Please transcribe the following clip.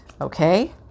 Okay